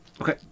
Okay